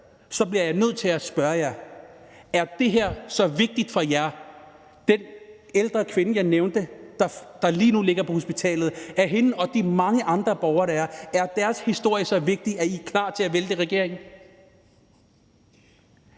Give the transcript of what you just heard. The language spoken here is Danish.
så bliver jeg nødt til at spørge: Er det her så vigtigt for jer, og er den ældre kvinde, som jeg nævnte lige nu ligger på hospitalet, og de mange andre borgere, der er, og deres historier så vigtige for jer, at I er klar til at vælte regeringen?